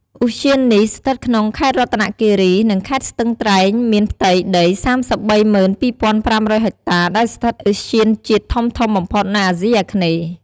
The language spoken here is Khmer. ឧទ្យាននេះស្ថិតក្នុង ខេត្តរតនគិរី និងខេត្តស្ទឹងត្រែងមានផ្ទៃដី៣៣២,៥០០ហិចតាដែលស្ថិតឧទ្យានជាតិធំៗបំផុតនៅអាស៊ីអាគ្នេយ៍។